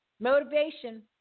motivation